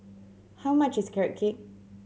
how much is Carrot Cake